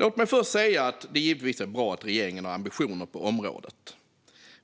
Låt mig först säga att det givetvis är bra att regeringen har ambitioner på området.